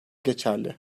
geçerli